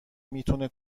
میتونه